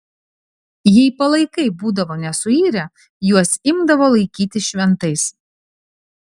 jei palaikai būdavo nesuirę juos imdavo laikyti šventais